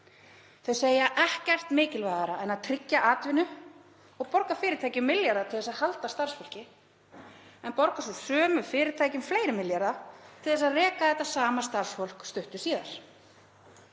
Þau segja ekkert mikilvægara en að tryggja atvinnu og borga fyrirtækjum milljarða til þess að halda starfsfólki en borga svo sömu fyrirtækjum fleiri milljarða til að reka það sama starfsfólk stuttu síðar.